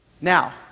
Now